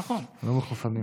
נכון.